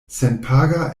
senpaga